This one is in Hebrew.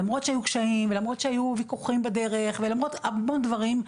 למרות שהיו קשיים ולמרות שהיו ויכוחים בדרך ולמרות המון דברים,